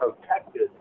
protected